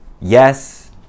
yes